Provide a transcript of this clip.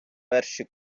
перші